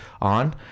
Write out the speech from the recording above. on